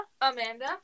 amanda